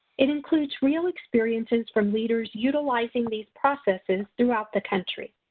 it includes real experiences from leaders utilizing these processes throughout the country.